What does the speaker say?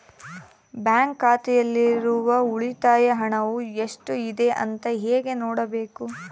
Bank ಖಾತೆಯಲ್ಲಿರುವ ಉಳಿತಾಯ ಹಣವು ಎಷ್ಟುಇದೆ ಅಂತ ಹೇಗೆ ನೋಡಬೇಕು?